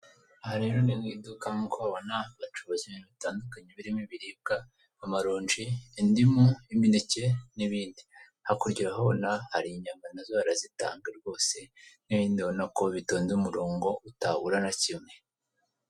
Aha rero ni mu iduka kuko mubibona bacuruza ibintu bitandukanye birimo ibiribwa, amaronji, indimu, imineke n'ibindi. Hakurya urahabona hari inyama nazo barazitanga rwose, n'ibindi ubona ko bitonda umurongo utabura na kimwe.